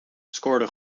scoorden